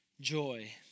joy